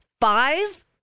five